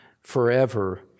forever